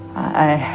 i